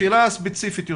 השאלה הספציפית יותר,